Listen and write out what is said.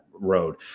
road